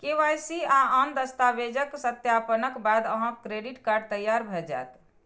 KYC आ आन दस्तावेजक सत्यापनक बाद अहांक क्रेडिट कार्ड तैयार भए जायत